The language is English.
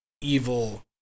evil